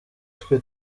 twe